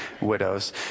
widows